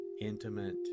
intimate